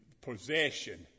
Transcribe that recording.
possession